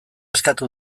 eskatu